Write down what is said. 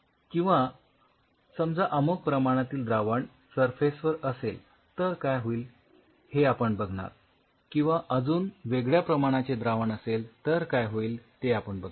किंवा समजा अमुक प्रमाणातील द्रावण सरफेस वर असेल तर काय होईल हे आपण बघणार किंवा अजून वेगळ्या प्रमाणाचे द्रावण असेल तर काय होईल ते आपण बघणार